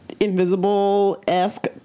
Invisible-esque